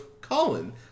Colin